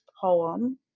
poem